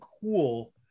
cool